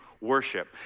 worship